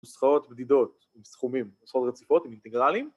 נוסחאות מדידות עם סכומים, נוסחאות רציפות עם אינטגרלים